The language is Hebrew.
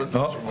טוב.